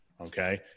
Okay